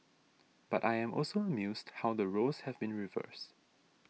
but I am also amused how the roles have been reversed